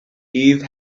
eve